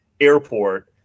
airport